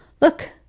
look